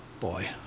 boy